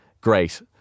great